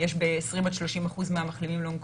ויש ב-20% עד 30% מהמחלימים Long Covid.